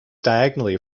diagonally